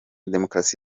demokarasi